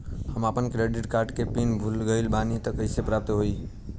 हम आपन credit card के पिन भुला गइल बानी त कइसे प्राप्त होई?